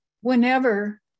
Whenever